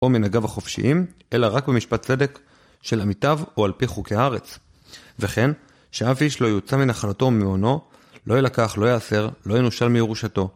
או מנגב החופשיים, אלא רק במשפט צדק של עמיתיו או על פי חוקי הארץ. וכן, שאביש לא יוצא מנחלתו ומעונו, לא ילקח, לא ייאסר, לא ינושל מירושתו.